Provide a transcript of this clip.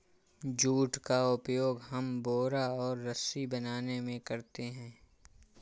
jute का उपयोग हम बोरा और रस्सी बनाने में करते हैं